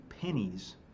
pennies